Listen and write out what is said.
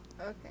Okay